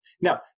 Now